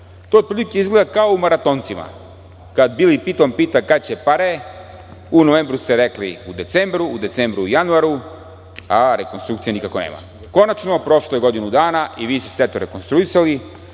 otprilike izgleda kao u maratoncima. Kad Bili Piton pita kada će pare, u novembru ste rekli u decembru, u decembru u januaru, a rekonstrukcije nikako nema. Konačno prošlo je godinu dana i vi sve to rekonstruisali.